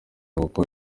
kuko